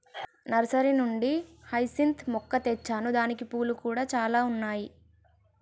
nursery నుండి hyacinth మొక్క తెచ్చాను దానికి పూలు కూడా చాల ఉన్నాయి